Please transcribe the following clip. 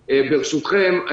ברשותכם,